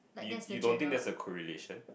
you you don't think that's a correlation